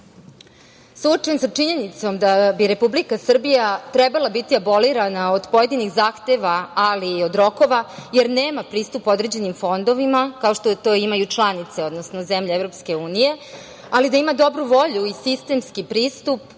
bolji. Suočen sa činjenicom da bi Republika Srbija trebala biti abolirana od pojedinih zahteva, ali i od rokova, jer nema pristupa određenim fondovima, kao što to imaju članice, odnosno zemlje EU, ali da ima dobru volju i sistemski pristup,